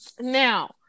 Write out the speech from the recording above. Now